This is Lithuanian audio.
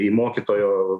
į mokytojo